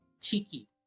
cheeky